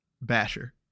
Basher